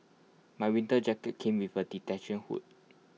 my winter jacket came with A detach hood